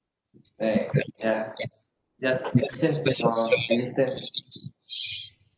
like ya just just